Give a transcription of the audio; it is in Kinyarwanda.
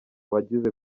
bagize